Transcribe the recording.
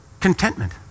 Contentment